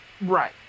Right